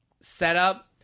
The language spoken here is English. setup